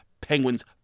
Penguins